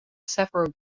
several